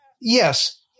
yes